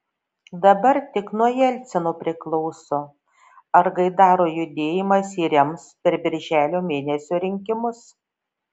dabar tik nuo jelcino priklauso ar gaidaro judėjimas jį rems per birželio mėnesio rinkimus